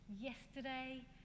Yesterday